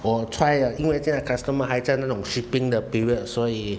我 try 了因为这个 customer 还在那种 shipping 的 period 所以